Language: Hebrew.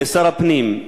לשר הפנים,